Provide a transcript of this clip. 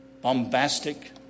bombastic